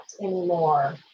anymore